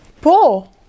Po